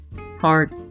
heart